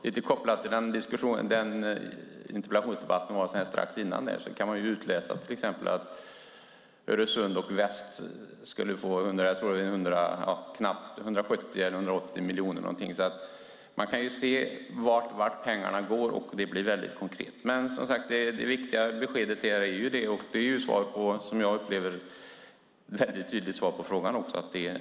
Lite kopplat till den föregående interpellationsdebatten kan man utläsa till exempel att Öresund och väst skulle få ungefär 170-180 miljoner. Man kan se vart pengarna går, och det blir väldigt konkret. Som sagt är det viktiga beskedet att det är nya pengar. Det är ett väldigt tydligt svar på frågan.